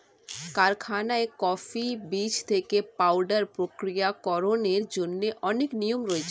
কারখানায় কফি বীজ থেকে পাউডার প্রক্রিয়াকরণের জন্য অনেক নিয়ম রয়েছে